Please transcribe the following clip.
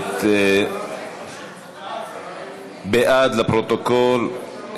את, בעד, בעד, לפרוטוקול,